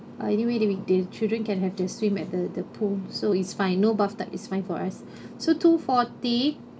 uh anyway they the children can have their swim at the the pool so it's fine no bathtub is fine for us so two forty